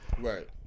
right